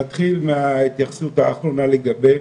נתחיל מההתייחסות האחרונה לגבי